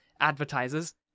advertisers